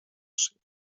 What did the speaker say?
szyja